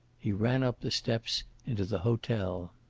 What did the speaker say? he ran up the steps into the hotel.